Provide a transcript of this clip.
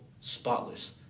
spotless